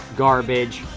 garbage,